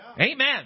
Amen